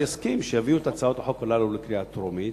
יסכים שיביאו את הצעות החוק הללו לקריאה טרומית.